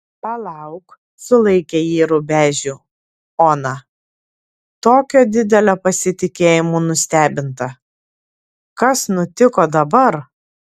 palauk sulaikė jį rubežių ona tokio didelio pasitikėjimo nustebinta kas nutiko dabar